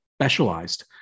Specialized